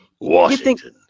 Washington